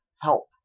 help